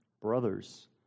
brothers